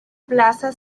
plaza